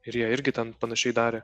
ir jie irgi ten panašiai darė